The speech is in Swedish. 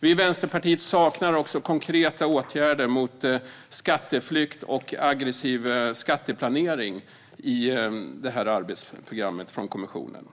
Vi i Vänsterpartiet saknar också konkreta åtgärder mot skatteflykt och aggressiv skatteplanering i detta arbetsprogram från kommissionen.